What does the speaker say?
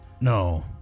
No